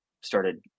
started